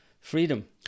freedom